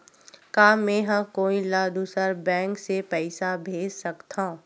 का मेंहा कोई ला दूसर बैंक से पैसा भेज सकथव?